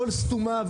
לא סתומה,